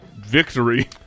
victory